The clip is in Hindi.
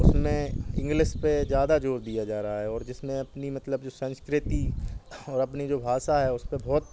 उसमें इंग्लिस पर ज़्यादा ज़ोर दिया जा रहा है और जिसने अपनी मतलब जो संस्कृति और अपनी जो भाषा है उसपर बहुत